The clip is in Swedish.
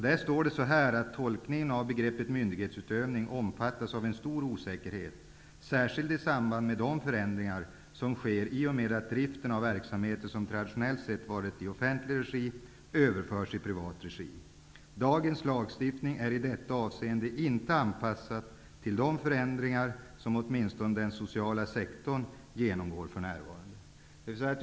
Där står att tolkningen av begreppet myndighetsutövning omfattas av en stor osäkerhet, särskilt i samband med de förändringar som sker i och med att driften av verksamheter som traditionellt sett varit i offentlig regi överförs i privat regi. Dagens lagstiftning är i detta avseende inte anpassad till de förändringar som åtminstone den sociala sektorn genomgår för närvarande.